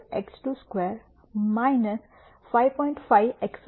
4 x22 5